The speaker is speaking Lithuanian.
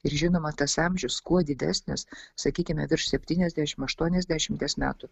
ir žinoma tas amžius kuo didesnis sakykime virš septyniasdešimt aštuoniasdešimties metų